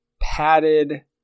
padded